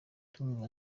ndumva